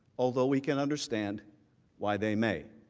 although we can understand why they may.